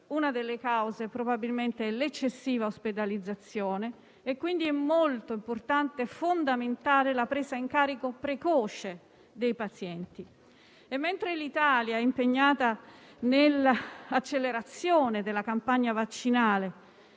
una delle cause probabilmente è l'eccessiva ospedalizzazione e, quindi, è molto importante - direi fondamentale - la presa in carico precoce dei pazienti. Mentre l'Italia è impegnata nell'accelerazione della campagna vaccinale,